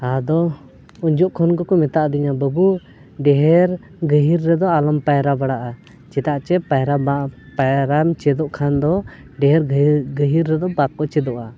ᱟᱫᱚ ᱩᱱ ᱡᱚᱠᱷᱮᱡ ᱠᱷᱚᱱ ᱩᱱᱠᱩ ᱠᱚ ᱢᱮᱛᱟᱫᱤᱧᱟᱹ ᱵᱟᱹᱵᱩ ᱰᱷᱮᱨ ᱜᱟᱹᱦᱤᱨ ᱨᱮᱫᱚ ᱟᱞᱚᱢ ᱯᱟᱭᱨᱟ ᱵᱟᱲᱟᱜᱼᱟ ᱪᱮᱫᱟᱜ ᱪᱮᱫ ᱯᱟᱭᱨᱟ ᱵᱟᱝ ᱯᱟᱭᱨᱟᱢ ᱪᱮᱫᱚᱜ ᱠᱷᱟᱱ ᱫᱚ ᱰᱷᱮᱨ ᱜᱟᱹᱦᱤᱨ ᱨᱮᱫᱚ ᱵᱟᱠᱚ ᱪᱮᱫᱚᱜᱼᱟ